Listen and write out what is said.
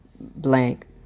blank